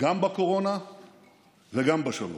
גם על קורונה וגם על שלום.